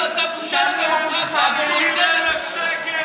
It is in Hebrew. אתה עכשיו, אתה פוגע בדמוקרטיה, זה מה שאתה.